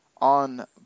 on